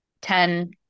ten